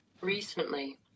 Recently